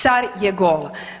Car je gol.